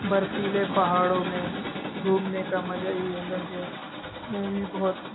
برفیلے پہاڑوں میں گھومنے کا مزہ ہی الگ ہے اس میں بھی بہت